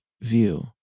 view